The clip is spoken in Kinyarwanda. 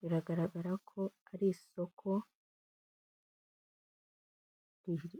Biragaragara ko ari isoko